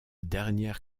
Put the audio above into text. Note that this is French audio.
dernière